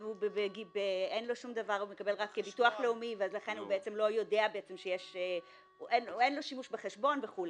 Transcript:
הוא מקבל רק ביטוח לאומי ולכן אין לו שימוש בחשבון וכולי.